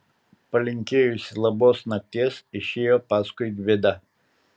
palinkėjusi labos nakties išėjo paskui gvidą